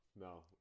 no